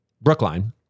Brookline